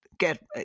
Get